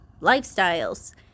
lifestyles